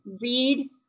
read